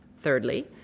Thirdly